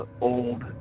old